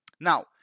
Now